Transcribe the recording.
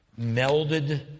melded